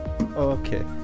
okay